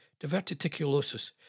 Diverticulosis